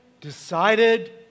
decided